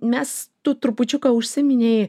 mes tu trupučiuką užsiminei